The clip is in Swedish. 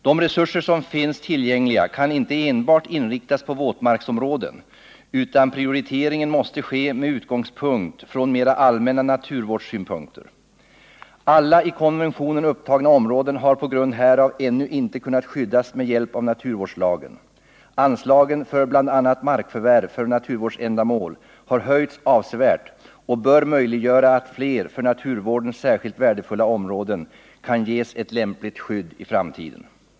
De resurser som finns tillgängliga kan inte enbart inriktas på våtmarksområden, utan prioriteringen måste ske med utgångspunkt i mer allmänna naturvårdssynpunkter. Alla i konventionen upptagna områden har på grund härav ännu inte kunnat skyddas med hjälp av naturvårdslagen. Anslagen för bl.a. markförvärv för naturvårdsändamål har höjts avsevärt och bör möjliggöra att fler för naturvården särskilt värdefulla områden kan ges ett lämpligt skydd i framtiden.